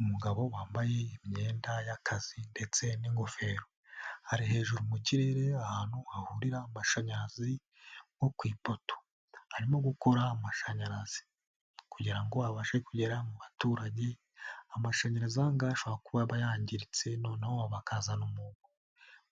Umugabo wambaye imyenda y'akazi ndetse n'ingofero. Ari hejuru mu kirere ahantu hahurira amashanyarazi nko ku ipoto. Arimo gukora amashanyarazi, kugirango ngo abashe kugera mu baturage, amashanyarazi aha ngaha ashobora kuba aba yangiritse, noneho bakazana umuntu